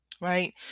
right